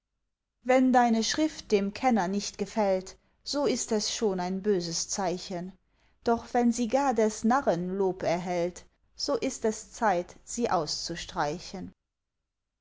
wenn deine schrift dem kenner nicht gefällt so ist es schon ein böses zeichen doch wenn sie gar des narren lob erhält so ist es zeit sie auszustreichen